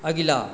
अगिला